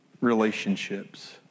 relationships